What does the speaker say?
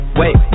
wait